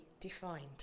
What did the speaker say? defined